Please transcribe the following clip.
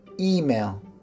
email